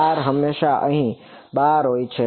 r હંમેશાં અહીં બહાર હોય છે